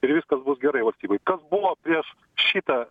ir viskas bus gerai valstybei kas buvo prieš šitą